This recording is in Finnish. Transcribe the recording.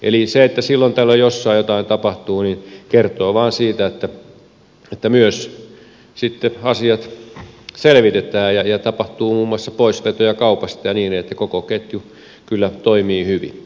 eli se että silloin tällöin jossain jotain tapahtuu kertoo vain siitä että myös sitten asiat selvitetään ja tapahtuu muun muassa poisvetoja kaupasta ja niin edelleen niin että koko ketju kyllä toimii hyvin